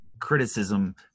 criticism